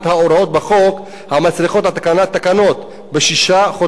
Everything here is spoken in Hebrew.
בחוק המצריכות התקנת תקנות בשישה חודשים,